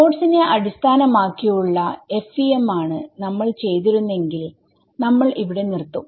നോഡ്സിനെ അടിസ്ഥാനമാക്കിയുള്ള FEM ആണ് നമ്മൾ ചെയ്തിരുന്നെങ്കിൽ നമ്മൾ ഇവിടെ നിർത്തും